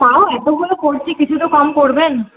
তাও এতগুলো করছি কিছু তো কম করবেন